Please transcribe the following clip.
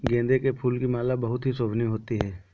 गेंदे के फूल की माला बहुत ही शोभनीय होती है